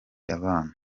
abana